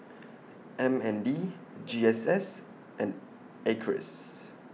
M N D G S S and Acres